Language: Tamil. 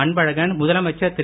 அன்பழகன் முதலமைச்சர் திரு